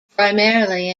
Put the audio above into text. primarily